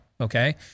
okay